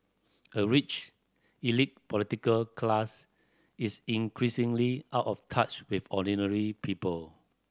a rich elite political class is increasingly out of touch with ordinary people